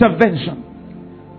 intervention